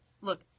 look